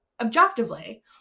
objectively